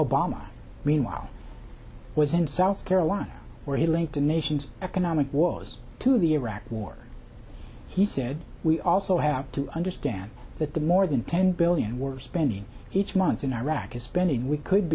obama meanwhile was in south carolina where he linked the nation's economic was to the iraq war he said we also have to understand that the more than ten billion we're spending each month in iraq is spending we could